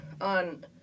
on